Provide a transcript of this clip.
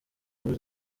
nkuru